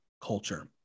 culture